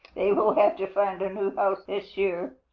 they will have to find a new house this year.